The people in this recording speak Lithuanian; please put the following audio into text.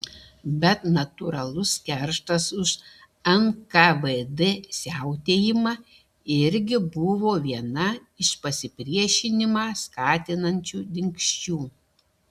bet natūralus kerštas už nkvd siautėjimą irgi buvo viena iš pasipriešinimą skatinančių dingsčių